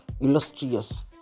Illustrious